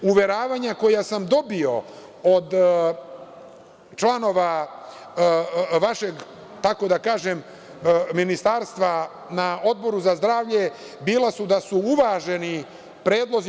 Uveravanja koja sam dobio od članova vašeg, tako da kažem, Ministarstva na Odboru za zdravlje bila su da su uvaženi predlozi.